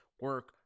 Work